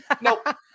Nope